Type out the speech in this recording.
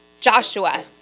Joshua